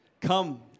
come